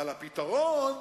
אבל הפתרון,